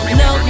no